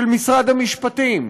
של משרד המשפטים.